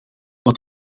wat